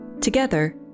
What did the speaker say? Together